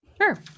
Sure